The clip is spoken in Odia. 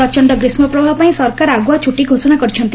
ପ୍ରଚଶ୍ଡ ଗ୍ରୀଷ୍କପ୍ରବାହ ପାଇଁ ସରକାର ଆଗୁଆ ଛୁଟି ଘୋଷଣା କରିଛନ୍ତି